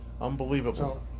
unbelievable